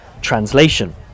translation